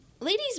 Ladies